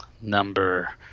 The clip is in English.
number